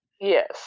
yes